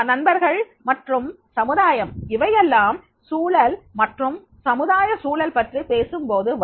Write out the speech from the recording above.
நண்பர்கள் மற்றும் சமுதாயம் இவையெல்லாம் சூழல் மற்றும் சமுதாய சூழல் பற்றி பேசும் போது வரும்